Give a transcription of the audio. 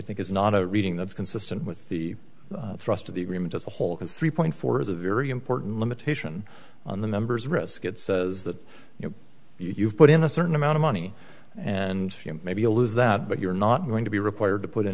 think is not a reading that's consistent with the thrust of the agreement as a whole because three point four is a very important limitation on the members risk it says that you know you put in a certain amount of money and maybe a lose that but you're not going to be required to put in